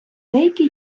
деякий